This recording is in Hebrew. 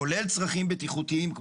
כולל צרכים בטיחותיים,